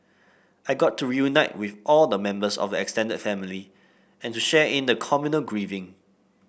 I got to reunite with all the members of the extended family and to share in the communal grieving